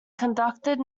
conducted